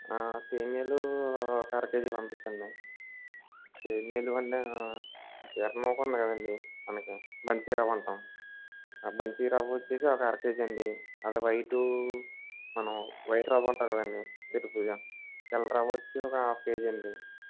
సేమ్యాలు ఒక అరకేజీ పంపించండి సేమ్యాలు అండ్ ఎర్రనూక ఉంది కదండి మనకి బన్సీ రవ్వ అంటాం బన్సీ రవ్వ వచ్చేసి ఒక అరకేజీ అండి అదే వైటు మనం వైట్ రవ్వ అంటారు దాన్ని తెలుపుగా తెల్లరవ్వ వచ్చి ఒక హాఫ్ కేజీ అండి